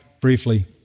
briefly